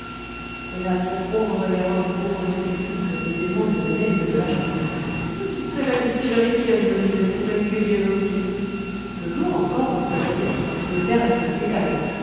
hélas le pauvre révérend eut beau compter ses gouttes le démon le tenait et ne le lâcha plus c'est la distillerie qui entendit de singuliers offices le jour encore tout allait bien le père était assez calme